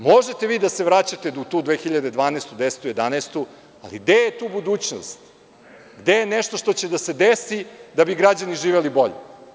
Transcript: Možete vi da se vraćate u tu 2012, 2010, 2011. godinu, ali gde je tu budućnost, gde je nešto što će da se desi da bi građani živeli bolje?